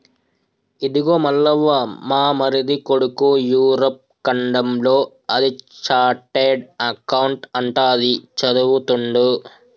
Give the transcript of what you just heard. ఇదిగో మల్లవ్వ మా మరిది కొడుకు యూరప్ ఖండంలో అది చార్టెడ్ అకౌంట్ అంట అది చదువుతుండు